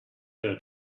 her